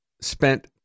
spent